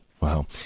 wow